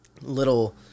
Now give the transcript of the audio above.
little